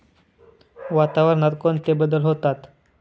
वातावरणात कोणते बदल होतात?